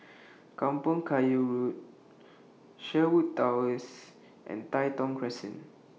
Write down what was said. Kampong Kayu Road Sherwood Towers and Tai Thong Crescent